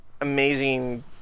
amazing